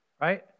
right